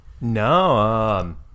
No